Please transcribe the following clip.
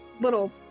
little